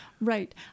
Right